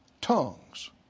tongues